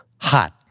hot